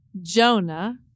Jonah